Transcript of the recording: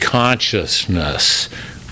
consciousness